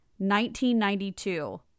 1992